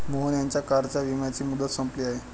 मोहन यांच्या कारच्या विम्याची मुदत संपली आहे